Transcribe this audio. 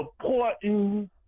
supporting